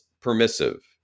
permissive